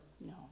No